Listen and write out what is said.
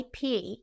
IP